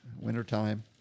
wintertime